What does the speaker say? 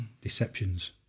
deceptions